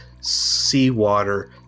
seawater